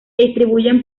distribuyen